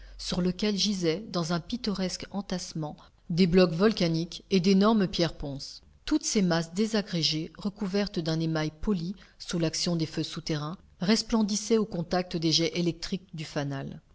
sur lequel gisaient dans un pittoresque entassement des blocs volcaniques et d'énormes pierres ponces toutes ces masses désagrégées recouvertes d'un émail poli sous l'action des feux souterrains resplendissaient au contact des jets électriques du fanal